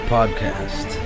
Podcast